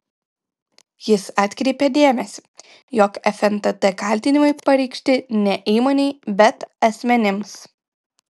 jis atkreipia dėmesį jog fntt kaltinimai pareikšti ne įmonei bet asmenims